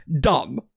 dumb